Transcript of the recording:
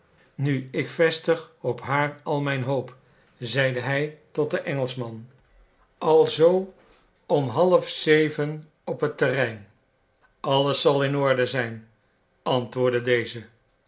nu ik vestig op haar al mijn hoop zeide hij tot den engelschman alzoo om half zeven op het terrein alles zal in orde zijn antwoordde deze